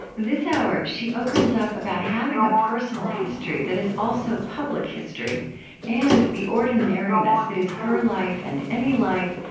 this hour, she opens up about having a personal history that is also public history and the ordinariness that is her life and any life,